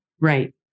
Right